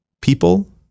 people